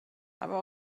aber